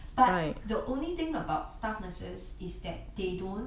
but the only thing about staff nurses is that they don't